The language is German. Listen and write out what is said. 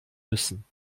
müssen